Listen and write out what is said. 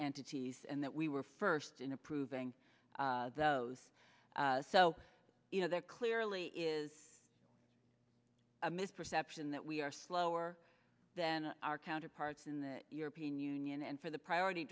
entities and that we were first in approving those so you know there clearly is a misperception that we are slower than our counterparts in the european union and for the priority